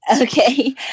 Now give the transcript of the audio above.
Okay